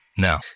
No